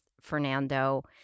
Fernando